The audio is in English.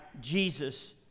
Jesus